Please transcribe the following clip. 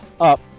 up